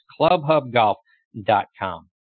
clubhubgolf.com